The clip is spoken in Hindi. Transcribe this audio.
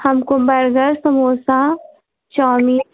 हमको बर्गर समोसा चाऊमीन